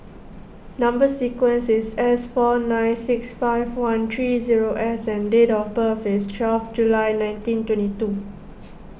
Number Sequence is S four nine six five one three zero S and date of birth is twelve July nineteen twenty two